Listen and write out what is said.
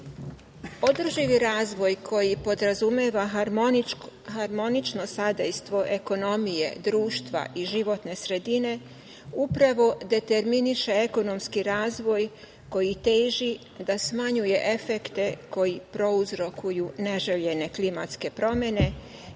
sazivu. Održivi razvoj koji podrazumeva harmonično sadejstvo ekonomije, društva i životne sredine upravo determiniše ekonomski razvoj koji teži da smanjuje efekte koji prouzrokuju neželjene klimatske promene,